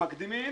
מקדימים